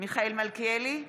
מיכאל מלכיאלי,